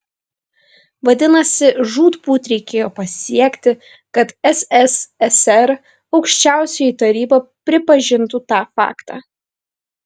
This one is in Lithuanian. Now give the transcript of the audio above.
vadinasi žūtbūt reikėjo pasiekti kad sssr aukščiausioji taryba pripažintų tą faktą